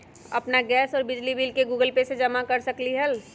अपन गैस और बिजली के बिल गूगल पे से जमा कर सकलीहल?